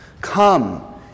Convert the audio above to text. Come